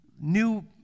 new